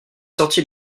sortie